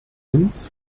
uns